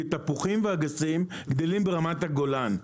כי תפוחים ואגסים גדלים ברמת הגולן,